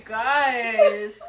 guys